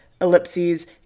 ellipses